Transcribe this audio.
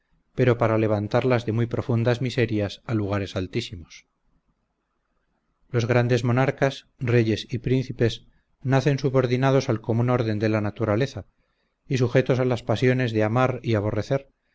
pero para levantarlas de muy profundas miserias a lugares altísimos los grandes monarcas reyes y príncipes nacen subordinados al común orden de la naturaleza y sujetos a las pasiones de amar y aborrecer